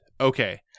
Okay